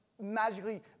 magically